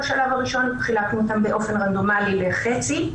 וחילקנו אותם באופן רדנומלי לחצי,